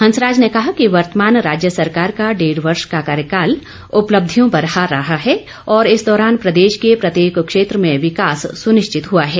हंसराज ने कहा कि वर्तमान राज्य सरकार का डेढ वर्ष का कार्यकाल उपलब्धियों भरा रहा है और इस दौरान प्रदेश के प्रत्येक क्षेत्र में विकास सुनिश्चित हुआ है